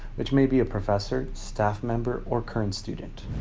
which may be a professor, staff member, or current student.